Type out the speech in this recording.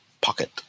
pocket